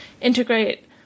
integrate